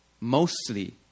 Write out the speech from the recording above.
mostly